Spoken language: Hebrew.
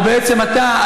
או בעצם אתה,